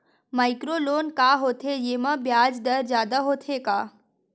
Micro loan का होथे येमा ब्याज दर जादा होथे का?